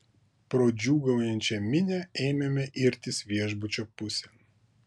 pro džiūgaujančią minią ėmėme irtis viešbučio pusėn